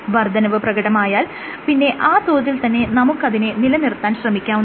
വർദ്ധനവ് പ്രകടമായാൽ പിന്നെ ആ തോതിൽ തന്നെ നമുക്കതിനെ നിലനിർത്താൻ ശ്രമിക്കാവുന്നതാണ്